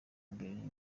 mbere